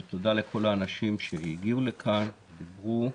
ותודה לכל האנשים שהגיעו לכאן ודיברו.